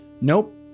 Nope